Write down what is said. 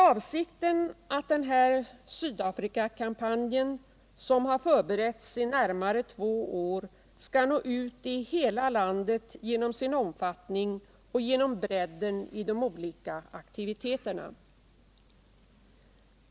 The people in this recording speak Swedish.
Avsikten är att denna Sydafrikakampanj, som har förberetts i närmare två år, skall nå ut i hela landet genom sin omfattning och genom bredden i de olika aktiviteterna.